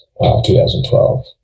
2012